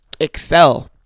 excel